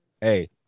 hey